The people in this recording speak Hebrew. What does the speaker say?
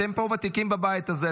אתם פה ותיקים בבית הזה,